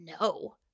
no